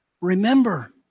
Remember